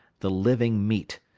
the living meat,